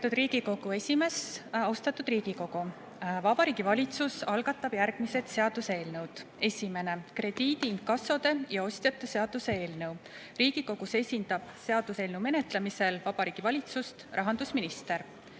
Lugupeetud Riigikogu esimees! Austatud Riigikogu! Vabariigi Valitsus algatab järgmised seaduseelnõud. Esimene: krediidiinkassode ja ‑ostjate seaduse eelnõu. Riigikogus esindab seaduseelnõu menetlemisel Vabariigi Valitsust rahandusminister.